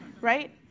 right